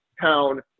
town